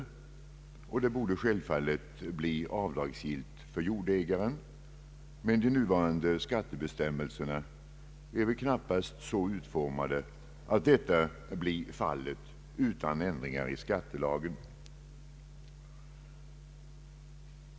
Denna ersättning borde självfallet vara avdragsgill för jordägaren, men de nuvarande skattebestämmelserna är = väl knappast så utformade att detta blir fallet utan ändringar i skattelagen.